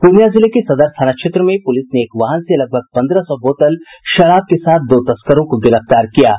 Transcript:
पूर्णिया जिले के सदर थाना क्षेत्र में पूलिस ने एक वाहन से लगभग पन्द्रह सौ बोतल शराब के साथ दो तस्करों को गिरफ्तार किया है